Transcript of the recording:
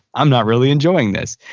i'm not really enjoying this.